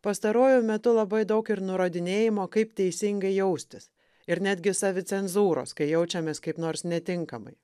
pastaruoju metu labai daug ir nurodinėjimo kaip teisingai jaustis ir netgi savicenzūros kai jaučiamės kaip nors netinkamai